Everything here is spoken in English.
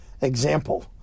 example